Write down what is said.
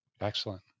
Excellent